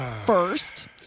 first